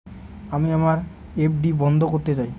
আমি আমার এফ.ডি বন্ধ করতে চাই